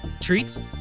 Treats